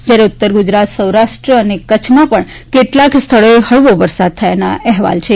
જ્યારે ઉત્તર ગુજરાત સૌરાષ્ટ્ર અને કચ્છમાં પણ કેટલાંક સ્થળોએ હળવો વરસાદ થયો હોવાના અહેવાલ છે